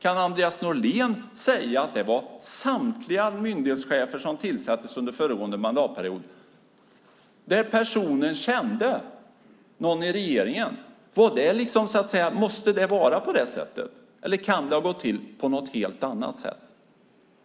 Kan Andreas Norlén säga att samtliga myndighetschefer som tillsattes under föregående mandatperiod kände någon i regeringen? Måste det ha gått till på det sättet eller kan det ha gått till på något helt annat sätt?